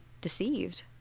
deceived